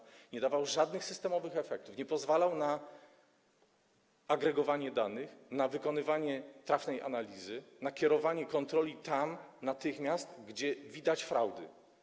W ich wydaniu nie dawał żadnych systemowych efektów, nie pozwalał na agregowanie danych, na wykonywanie trafnej analizy, na kierowanie kontroli natychmiast tam, gdzie widać fraudy.